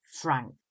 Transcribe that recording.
Frank